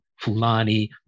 Fulani